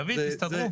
דוד, תסתדרו.